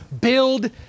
build